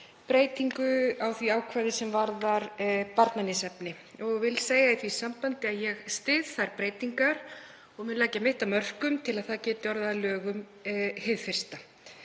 breytingu á því ákvæði sem varðar barnaníðsefni. Ég vil segja í því sambandi að ég styð þær breytingar og mun leggja mitt af mörkum til að þær geti orðið að lögum hið fyrsta.